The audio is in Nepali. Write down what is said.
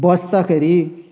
बस्दखेरि